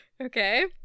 Okay